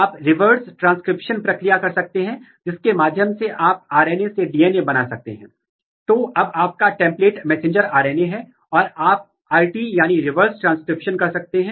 और यह Yeast 2 hybrid द्वारा किया गया है और आप जो देख सकते हैं यह रंग सिग्नल बताएगा कि क्या कोई इंटरैक्शन है अगर कोई रंग नहीं है तो कोई इंटरैक्शन नहीं है